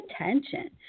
attention